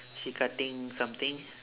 she cutting something